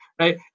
right